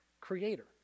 Creator